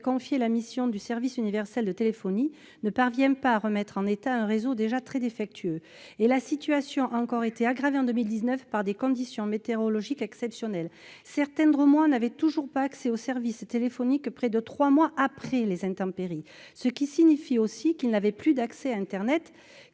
confié la mission du service universel de téléphonie, ne parvient pas à remettre en état un réseau déjà très défectueux. La situation a encore été aggravée en 2019 par des conditions météorologiques exceptionnelles. Ainsi, certains Drômois n'avaient toujours pas accès au service téléphonique près de trois mois après les intempéries ! Ce qui signifie qu'ils n'avaient plus accès non